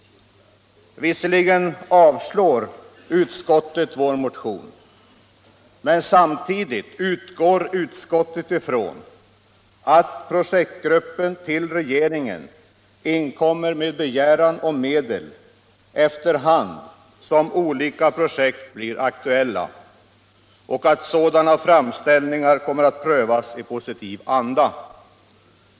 Visserligen avstyrker utskottet vår motion, men samtidigt utgår utskottet ifrån att projektgruppen till regeringen inkommer med begäran om medel efter hand som olika projekt blir aktuella och ifrån att sådana framställningar kommer att prövas i positiv anda.